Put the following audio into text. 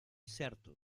certo